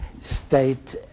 state